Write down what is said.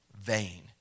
vain